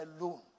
alone